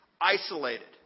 Isolated